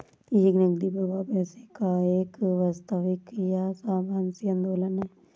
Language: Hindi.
एक नकदी प्रवाह पैसे का एक वास्तविक या आभासी आंदोलन है